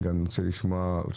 אז אני רוצה לשמוע גם אתכם.